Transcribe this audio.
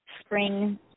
spring